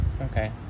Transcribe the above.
Okay